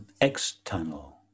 external